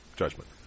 Judgment